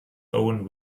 owen